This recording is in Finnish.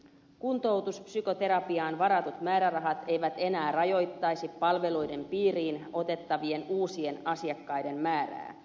kuntoutuspsykoterapiaan varatut määrärahat eivät enää rajoittaisi palveluiden piiriin otettavien uusien asiakkaiden määrää